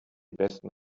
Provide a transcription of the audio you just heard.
besten